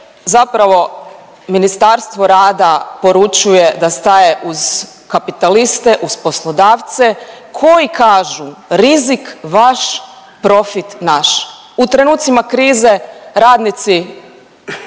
zapravo Ministarstvo rada poručuje da staje uz kapitaliste, uz poslodavce koji kažu rizik vaš, profit naš. U trenucima krize radnici